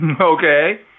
Okay